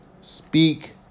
Speak